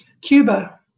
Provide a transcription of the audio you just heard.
Cuba